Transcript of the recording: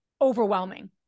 overwhelming